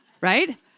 Right